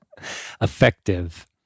effective